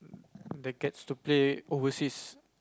that gets to play overseas